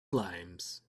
limes